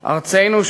"ארצנו,